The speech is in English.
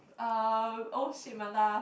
uh oh shit my laugh